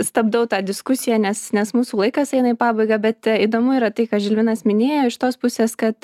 stabdau tą diskusiją nes nes mūsų laikas eina į pabaigą bet įdomu yra tai ką žilvinas minėjo iš tos pusės kad